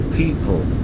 people